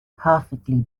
perfectly